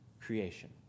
creation